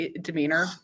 demeanor